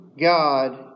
God